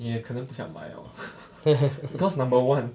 你也可能不想买哦 because number one